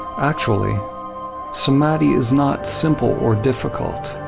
actually samadhi is not simple or difficult